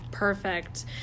Perfect